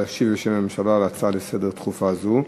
להשיב בשם הממשלה על הצעה דחופה זו לסדר-היום.